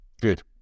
good